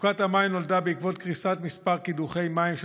מצוקת המים נולדה בעקבות קריסת כמה קידוחי מים של